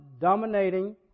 dominating